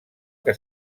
que